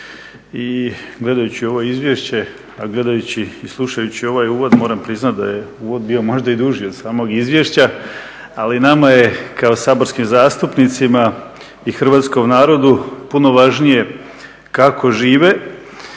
i gledajući ovo izvješće, a gledajući i slušajući ovaj uvod moram priznati da je uvod bio možda i duži od samog izvješća ali nama je kao saborskim zastupnicima i hrvatskom narodu puno važnije kako žive,